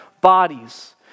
bodies